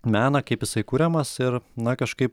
meną kaip jisai kuriamas ir na kažkaip